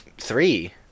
three